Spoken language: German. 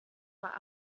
war